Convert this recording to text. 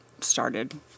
started